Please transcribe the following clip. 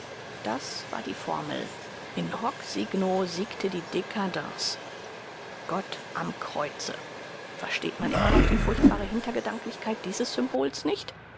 das war die formel in hoc signo siegte die dcadence gott am kreuze versteht man immer noch die furchtbare hintergedanklichkeit dieses symbols nicht